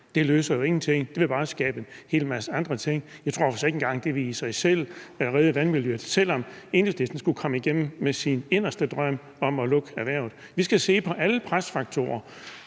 Det løser jo ingenting. Det vil bare skabe en hel masse andre ting. Jeg tror så ikke engang, at det i sig selv ville redde vandmiljøet, altså selv om Enhedslisten skulle komme igennem med sin inderste drøm om at lukke erhvervet. Vi skal se på alle presfaktorer,